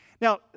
Now